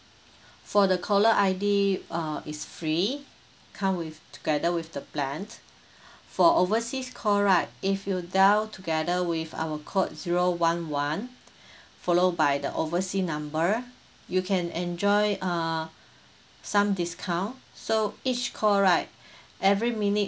for the caller I_D uh it's free come with together with the plan for overseas call right if you dial together with our code zero one one follow by the oversea number you can enjoy uh some discount so each call right every minute